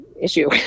issue